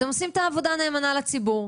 אתם עושים את העבודה נאמנה לציבור.